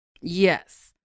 Yes